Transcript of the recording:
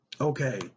Okay